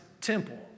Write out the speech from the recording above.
temple